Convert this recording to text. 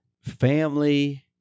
family